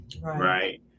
right